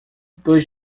dois